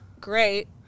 great